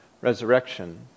resurrection